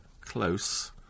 close